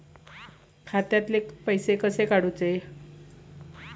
खात्यातले पैसे कसे काडूचे?